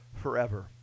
forever